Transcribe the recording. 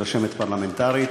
רשמת פרלמנטרית,